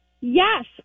yes